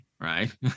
right